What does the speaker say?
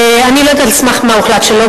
אני לא יודעת על סמך מה הוחלט שלא,